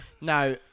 Now